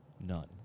None